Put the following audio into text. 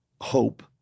hope